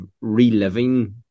reliving